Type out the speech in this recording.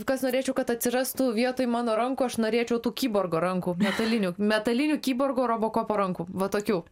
kas norėčiau kad atsirastų vietoj mano rankų aš norėčiau tų kiborgo rankų metalinių metalinių kiborgo robokopo rankų va tokių